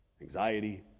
anxiety